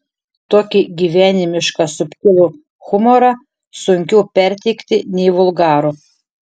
tokį gyvenimišką subtilų humorą sunkiau perteikti nei vulgarų